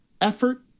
Effort